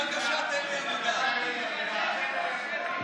(קוראת בשמות חברי הכנסת)